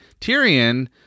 Tyrion